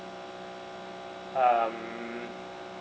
um